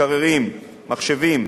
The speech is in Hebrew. מקררים, מחשבים,